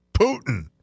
Putin